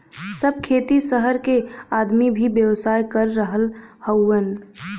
सब खेती सहर के आदमी भी व्यवसाय कर रहल हउवन